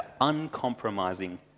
uncompromising